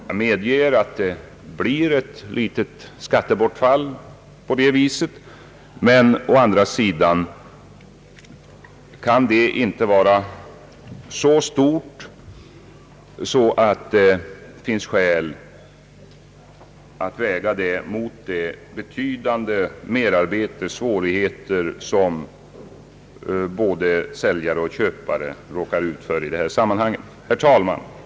Jag medger att det medför ett litet skattebortfall, men å andra sidan kan detta inte vara så stort, att det finns skäl att väga det mot det betydande merarbete och de svårigheter som både säljaren och köparen råkar ut för i sammanhanget. Herr talman!